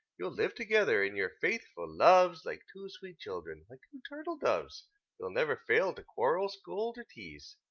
you'll live together, in your faithful loves, like two sweet children, like two turtle-doves you'll never fail to quarrel, scold, or tease,